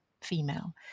female